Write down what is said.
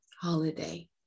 holiday